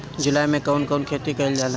जुलाई मे कउन कउन खेती कईल जाला?